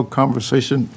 conversation